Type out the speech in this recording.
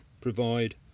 provide